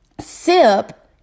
sip